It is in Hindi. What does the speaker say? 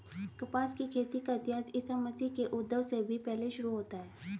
कपास की खेती का इतिहास ईसा मसीह के उद्भव से भी पहले शुरू होता है